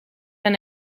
been